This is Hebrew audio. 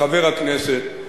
לחבר הכנסת,